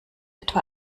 etwa